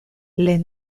les